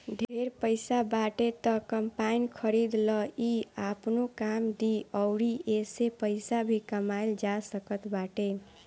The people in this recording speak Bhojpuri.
ढेर पईसा बाटे त कम्पाईन खरीद लअ इ आपनो काम दी अउरी एसे पईसा भी कमाइल जा सकत बाटे